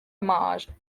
homage